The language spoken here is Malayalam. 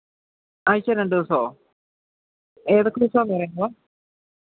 ആഴ്ച്ചയിൽ രണ്ട് ദിവസമോ ഏതൊക്കെ ദിവസമാണെന്ന് പറയാമോ